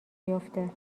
بیفته